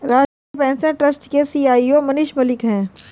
राष्ट्रीय pension trust के CEO Manish Malik है